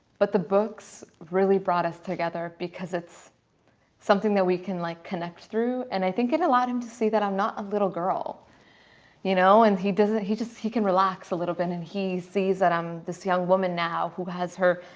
but the books really brought us together because it's something that we can like connect through and i think it allowed him to see that. i'm not a little girl you know and he doesn't he just he can relax a little bit and he sees that i'm this young woman now who has her?